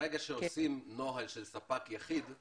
ברגע שעושים נוהל של ספק יחיד,